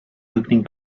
opening